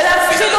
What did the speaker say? תסלחי לי.